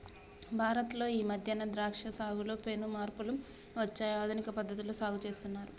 భారత్ లో ఈ మధ్యన ద్రాక్ష సాగులో పెను మార్పులు వచ్చాయి ఆధునిక పద్ధతిలో సాగు చేస్తున్నారు